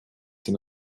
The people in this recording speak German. den